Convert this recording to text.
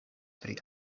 pri